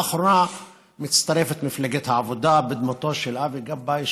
לאחרונה מצטרפת מפלגת העבודה בדמותו של אבי גבאי,